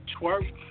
Twerk